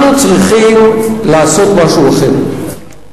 אנחנו צריכים לעשות משהו אחר,